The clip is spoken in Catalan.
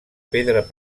pedra